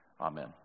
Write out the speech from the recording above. Amen